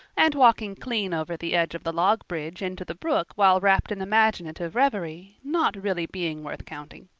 and walking clean over the edge of the log bridge into the brook while wrapped in imaginative reverie, not really being worth counting.